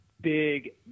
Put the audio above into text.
big